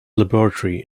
laboratory